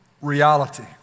reality